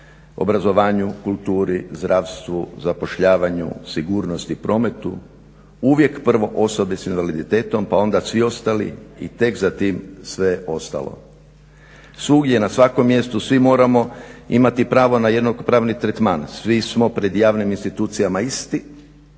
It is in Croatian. obrazovanju, kulturi, zdravstvu, zapošljavanju, sigurnosti prometu uvijek prvo osobe s invaliditetom pa onda svi ostali i tek za tim sve ostalo. Svugdje i na svakom mjestu svi moramo imati pravo na jednak pravni tretman, svi smo pred javnim institucijama isti